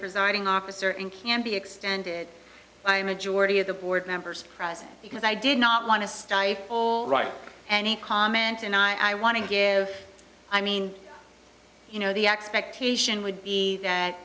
presiding officer and can be extended by majority of the board members present because i did not want to stifle all right andy comment and i want to give i mean you know the expectation would be